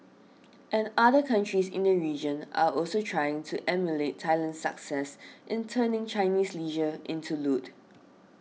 and other countries in the region are also trying to emulate Thailand's success in turning Chinese leisure into loot